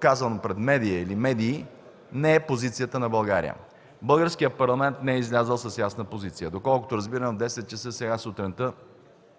казано пред медия или медии, не е позицията на България. Българският парламент не е излязъл с ясна позиция. Доколкото разбирам в 10,00 ч. сега сутринта